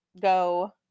go